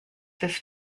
this